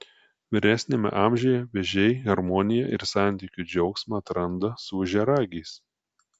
vyresniame amžiuje vėžiai harmoniją ir santykių džiaugsmą atranda su ožiaragiais